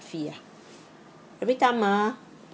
fee ah every time ah